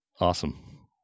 awesome